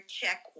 check